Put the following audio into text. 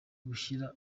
gushyira